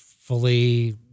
fully